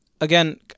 Again